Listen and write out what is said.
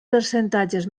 percentatges